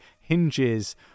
hinges